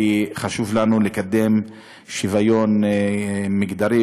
כי חשוב לנו לקדם שוויון מגדרי.